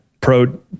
Pro